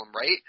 right